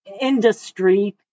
industry